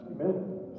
Amen